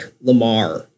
Lamar